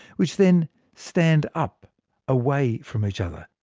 which then stand up away from each other.